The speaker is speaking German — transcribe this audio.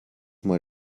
mal